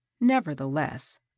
Nevertheless